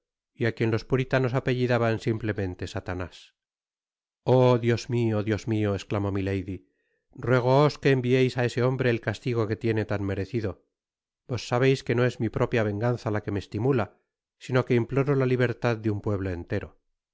y á quien los puritanos apellidaban simplemente satanás oh dios miol dios mio esclamó milady ruégoos que envieis á ese hombre el castigo que tiene tan merecido vos sabeis que no es mi propia venganza la que me estimula sino que imploro la libertad de un pueblo entero